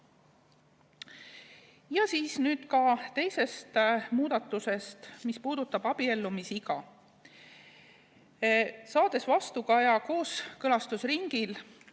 Ja siis nüüd ka teisest muudatusest, mis puudutab abiellumisiga. Olles saanud vastukaja kooskõlastusringilt,